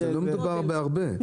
אז לא מדובר בהרבה,